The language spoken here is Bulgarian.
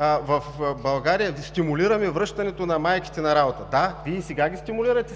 „В България да стимулираме връщането на майките на работа“. Да, Вие и сега ги стимулирате